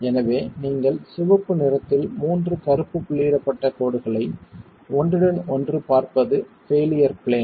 எனவே நீங்கள் சிவப்பு நிறத்தில் மூன்று கருப்பு புள்ளியிடப்பட்ட கோடுகளை ஒன்றுடன் ஒன்று பார்ப்பது பெயிலியர் பிளேன்